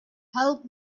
help